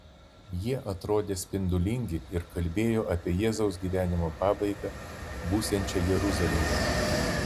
jie atrodė spindulingi ir kalbėjo apie jėzaus gyvenimo pabaigą būsiančią jeruzalėje